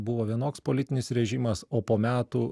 buvo vienoks politinis režimas o po metų